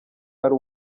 ari